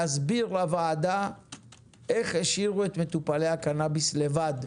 להסביר לוועדה איך השאירו את מטופלי הקנביס לבד,